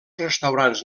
restaurants